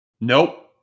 Nope